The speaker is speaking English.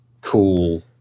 cool